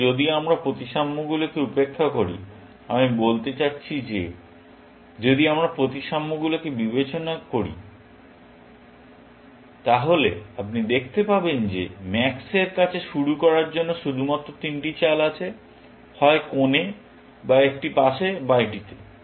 সুতরাং যদি আমরা প্রতিসাম্যগুলিকে উপেক্ষা করি আমি বলতে চাচ্ছি যদি আমরা প্রতিসাম্যগুলিকে বিবেচনা করি তাহলে আপনি দেখতে পাবেন যে ম্যাক্স এর কাছে শুরু করার জন্য শুধুমাত্র তিনটি চাল আছে হয় কোণে বা একটি পাশে বা এটিতে